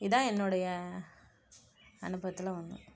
இதுதான் என்னுடைய அனுபவத்தில் ஒன்று